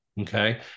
okay